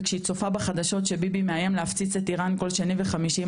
וכשהיא צופה בחדשות שביבי מאיים להפציץ את איראן כל שני וחמישי,